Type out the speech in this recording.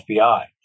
FBI